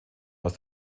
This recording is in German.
aus